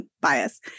bias